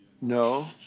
No